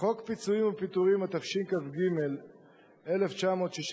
חוק פיצויי פיטורים, התשכ"ג 1963,